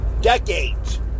decades